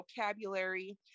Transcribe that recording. vocabulary